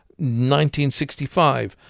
1965